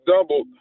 double